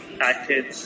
acted